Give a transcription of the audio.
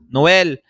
Noel